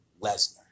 Lesnar